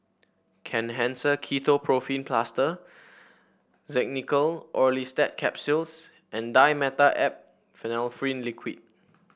Kenhancer Ketoprofen Plaster Xenical Orlistat Capsules and Dimetapp Phenylephrine Liquid